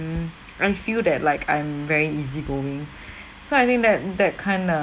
I feel that like I'm very easy going so I think that that kind of